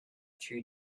true